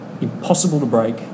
impossible-to-break